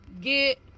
get